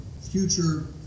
future